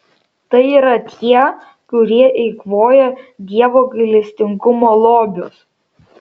tai yra tie kurie eikvoja dievo gailestingumo lobius